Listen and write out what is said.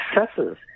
successes